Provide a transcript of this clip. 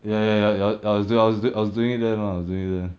ya ya ya ya I I was I was doing it then lah I was doing it then